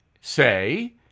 say